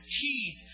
teeth